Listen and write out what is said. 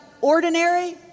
ordinary